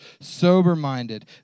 sober-minded